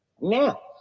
now